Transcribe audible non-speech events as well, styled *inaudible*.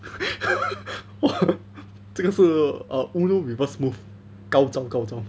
*laughs* !wah! 这个是 reverse move 高招高招